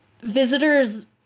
visitors